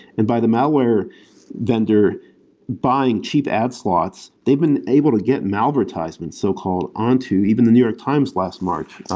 and by the malware vendor buying cheap ad slots, they've been able to get malvertisements, so-called onto, even the new york times last march